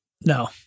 No